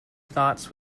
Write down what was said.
thoughts